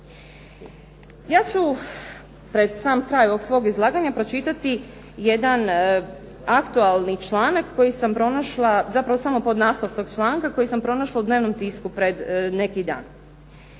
Ja ću pred sam kraj ovog svog izlaganja pročitati jedan aktualni članak koji sam pronašla, zapravo samo podnaslov tog članka koji sam pronašla u dnevnom tisku pred neki dan.